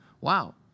Wow